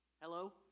Hello